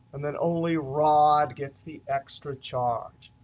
and then only rod gets the extra charge.